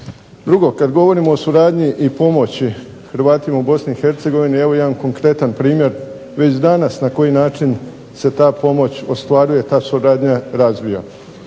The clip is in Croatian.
Drugo, kad govorimo o suradnji i pomoći Hrvatima u Bosni i Hercegovini evo jedan konkretan primjer. Već danas na koji način se ta pomoć ostvaruje, ta suradnja razvija.